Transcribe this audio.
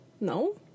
No